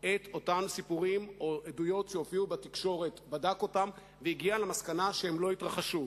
את אותם סיפורים או עדויות שהופיעו בתקשורת והגיע למסקנה שהם לא התרחשו.